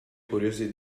curiosi